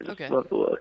Okay